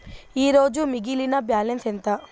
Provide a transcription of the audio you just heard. ఈరోజు మిగిలిన బ్యాలెన్స్ ఎంత?